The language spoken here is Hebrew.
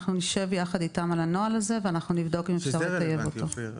אנחנו נשב יחד איתם על הנוהל הזה ונבדוק אם אפשר לטייב אותו.